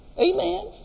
Amen